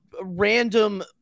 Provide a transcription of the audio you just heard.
random